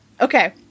okay